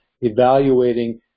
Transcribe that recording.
evaluating